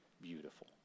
Beautiful